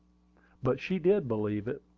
but she did believe it,